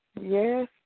Yes